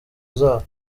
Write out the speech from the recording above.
zabo